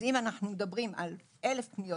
אז אם אנחנו מדברים על 1,000 פניות